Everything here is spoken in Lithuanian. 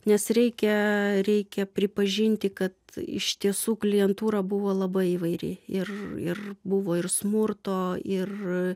nes reikia reikia pripažinti kad iš tiesų klientūra buvo labai įvairi ir ir buvo ir smurto ir